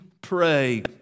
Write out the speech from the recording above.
pray